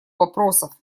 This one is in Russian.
вопросов